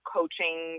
coaching